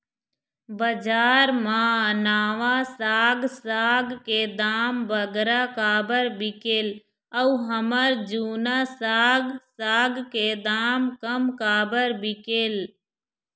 बजार मा नावा साग साग के दाम बगरा काबर बिकेल अऊ हमर जूना साग साग के दाम कम काबर बिकेल?